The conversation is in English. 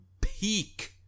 peak